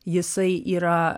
jisai yra